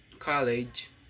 college